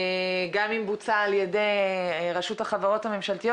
גם אם היא בוצעה על ידי רשות החברות הממשלתיות.